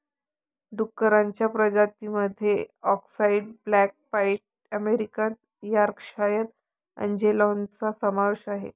डुक्करांच्या प्रजातीं मध्ये अक्साई ब्लॅक पाईड अमेरिकन यॉर्कशायर अँजेलॉनचा समावेश आहे